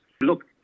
Look